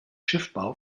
schiffbau